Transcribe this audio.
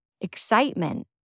excitement